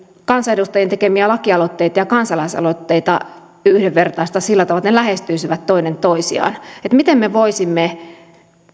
kansanedustajien tekemiä lakialoitteita ja kansalaisaloitteita jotenkin yhdenvertaistaa sillä tavalla että ne lähestyisivät toinen toisiaan miten me voisimme